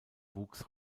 wuchs